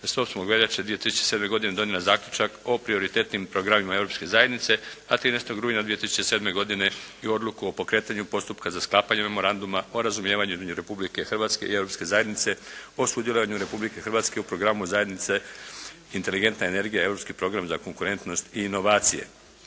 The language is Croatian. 28. veljače 2007. godine donijela zaključak o prioritetnim programima Europske zajednice, a 13. rujna 2007. godine i Odluku o pokretanju postupka za sklapanje Memoranduma o razumijevanju između Republike Hrvatske i Europske zajednice o sudjelovanju Republike Hrvatske u programu zajednice "Inteligentna energija – europski program za konkurentnost i inovacije".